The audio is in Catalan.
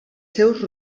seus